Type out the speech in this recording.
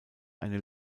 eine